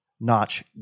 notch